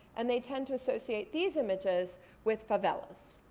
and they tend to associate these images with favelas.